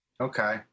Okay